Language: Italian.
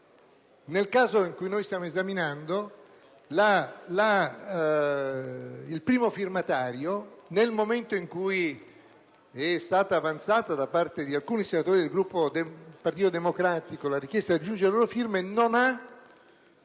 Nel caso che stiamo esaminando, il primo firmatario, nel momento in cui è stata avanzata da parte di alcuni senatori del Gruppo del Partito Democratico la richiesta di aggiungere le proprie firme, non ha